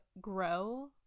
grow